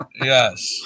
Yes